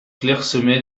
clairsemées